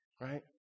right